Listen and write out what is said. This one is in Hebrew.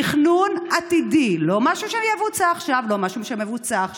תכנון עתידי, לא משהו שמבוצע עכשיו.